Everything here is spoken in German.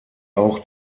auch